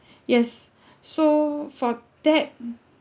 yes so for that